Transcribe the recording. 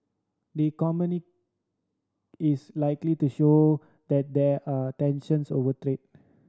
the is likely to show that there are tensions over trade